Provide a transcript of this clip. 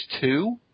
two